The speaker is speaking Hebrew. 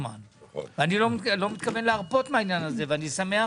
לא מתכוון להרפות מהעניין הזה ואני שמח